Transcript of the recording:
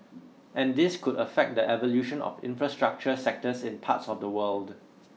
and this could affect the evolution of infrastructure sectors in parts of the world